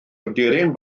aderyn